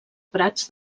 prats